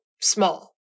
small